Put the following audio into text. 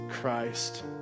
Christ